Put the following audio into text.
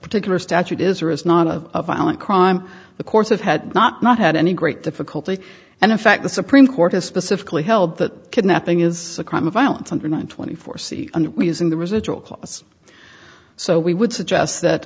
particular statute is or is not of violent crime the course of had not not had any great difficulty and in fact the supreme court has specifically held that kidnapping is a crime of violence under one twenty four c and using the residual clause so we would suggest that